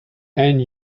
and